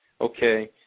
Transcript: okay